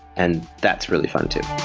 and that's really fun too